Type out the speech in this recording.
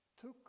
took